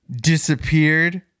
disappeared